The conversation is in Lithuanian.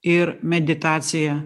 ir meditacija